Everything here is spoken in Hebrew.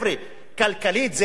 כלכלית זה לא שווה לי.